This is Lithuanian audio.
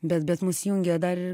bet bet mus jungia dar ir